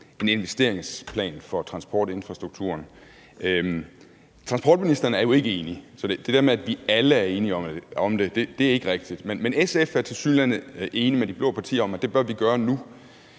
en investeringsplan for transportinfrastrukturen. Transportministeren er jo ikke enig, så det der med, at vi alle er enige om det, er ikke rigtigt. Men SF er tilsyneladende enig med de blå partier om, at det bør vi gøre nu.